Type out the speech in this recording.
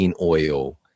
oil